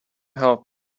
help